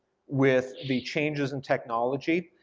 with the changes in technology,